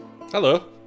Hello